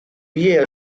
渔业